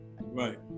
Right